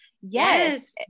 Yes